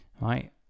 right